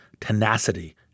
tenacity